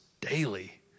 daily